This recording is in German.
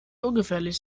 ungefährlich